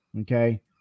Okay